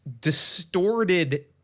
distorted